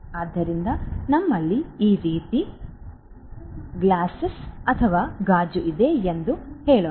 ಆದ್ದರಿಂದ ನಮ್ಮಲ್ಲಿ ಈ ರೀತಿಯ ಗಾಜು ಇದೆ ಎಂದು ಹೇಳೋಣ